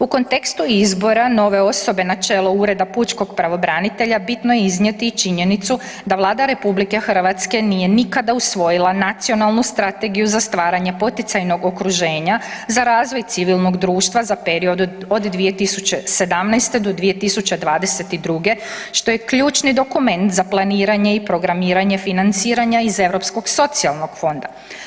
U kontekstu izbora nove osobe na čelu Ureda pučkog pravobranitelja bitno je iznijeti i činjenicu da Vlada RH nije nikada usvojila Nacionalnu strategiju za stvaranje poticajnog okruženja za razvoj civilnog društva za period od 2017. do 2022. što je ključni dokument za planiranje i programiranje financiranja iz Europskog socijalnog fonda.